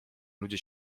ludzie